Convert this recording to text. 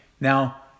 Now